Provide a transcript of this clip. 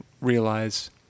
realize